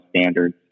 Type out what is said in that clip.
Standards